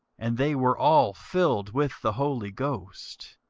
and they were all filled with the holy ghost,